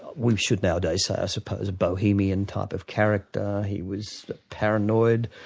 we should nowadays say i suppose a bohemian type of character. he was paranoid,